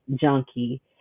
junkie